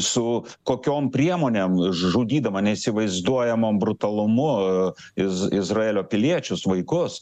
su kokiom priemonėm žudydama neįsivaizduojamu brutalumu iz izraelio piliečius vaikus